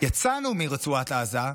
יצאנו מרצועת עזה,